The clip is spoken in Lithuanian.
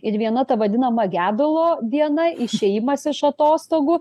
ir viena ta vadinama gedulo diena išėjimas iš atostogų